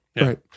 right